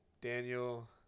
Daniel